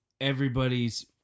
everybody's